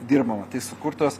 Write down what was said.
dirbama sukurtos